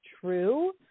true